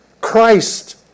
Christ